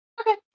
Okay